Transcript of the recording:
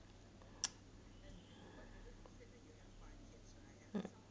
mm